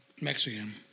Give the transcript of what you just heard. Mexican